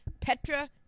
Petra